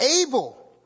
able